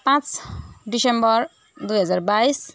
पाँच डिसम्बर दुई हजार बाइस